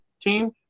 team